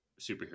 superhero